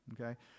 okay